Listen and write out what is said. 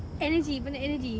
energy banyak energy